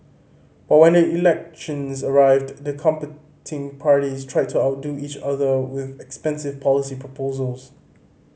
but when the elections arrived the competing parties tried to outdo each other with expensive policy proposals